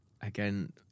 again